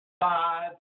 five